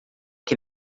que